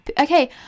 Okay